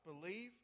Believe